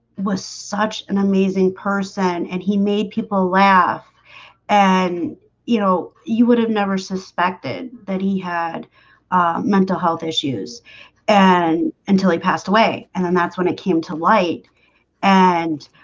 was such an amazing person and he made people laugh and you know, you would have never suspected that he had mental health issues and until he passed away and then that's when it came to light and